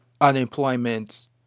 unemployment